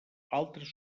altres